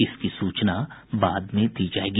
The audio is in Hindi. इसकी सूचना बाद में दी जायेगी